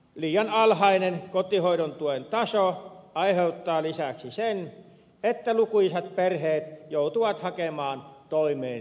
liian alhainen kotihoidon tuen taso aiheuttaa lisäksi sen että lukuisat perheet joutuvat hakemaan toimeentulotukea